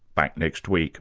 back next week